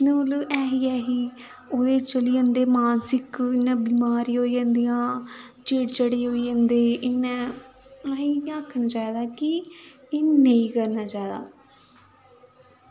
इ'यां मतलब ऐसी ऐसी ओह्दे च चली जंदे मानसिक इ'यां बमारी होई जंदियां चिड़ चिड़े होई जंदे इ'यां असें इ'यै आखना चाहिदा कि एह् नेईं करना चाहिदा